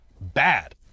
bad